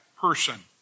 person